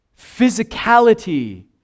Physicality